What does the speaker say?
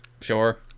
sure